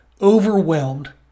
overwhelmed